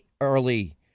early